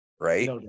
Right